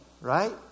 right